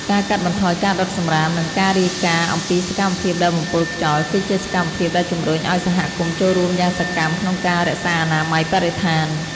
ការកាត់បន្ថយការដុតសំរាម និងការរាយការណ៍អំពីសកម្មភាពដែលបំពុលខ្យល់ គឺជាសកម្មភាពដែលជំរុញឱ្យសហគមន៍ចូលរួមយ៉ាងសកម្មក្នុងការរក្សាអនាម័យបរិស្ថាន។